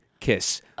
kiss